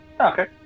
okay